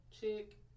chick